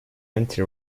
empty